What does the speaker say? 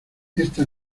esta